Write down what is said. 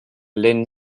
lynn